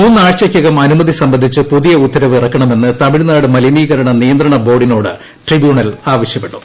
മൂന്നാഴ്ച്ച്യ്ക്കുകം അനുമതി സംബന്ധിച്ച് പുതിയ ഉത്തരവ് ഇറക്കണമെന്ന് ത്മിഴ്നാട് മലിനീകരണ നിയന്ത്രണ ബോർഡിനോട് ട്രിബ്യൂണൽ ആവശ്യപ്പെട്ടു